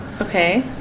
okay